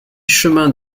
chemin